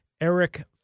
Eric